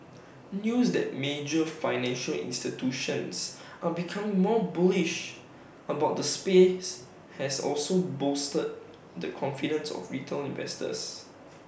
news that major financial institutions are becoming more bullish about the space has also bolstered the confidence of retail investors